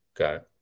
Okay